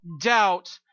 doubt